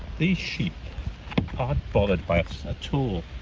these sheep aren't bothered by us at all